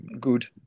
good